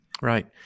Right